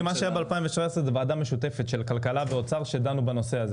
ב-2017 היתה ועדה משותפת של כלכלה ואוצר שדנו בנושא.